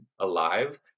alive